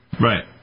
Right